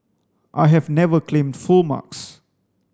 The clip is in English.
I have never claimed full marks